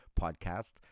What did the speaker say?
podcast